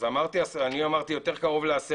אני אמרתי יותר קרוב ל-10,000.